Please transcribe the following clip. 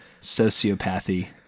sociopathy